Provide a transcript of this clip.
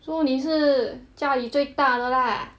so 你是家里最大的 lah